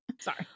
Sorry